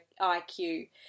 iq